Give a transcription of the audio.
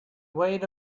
wait